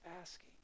asking